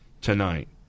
tonight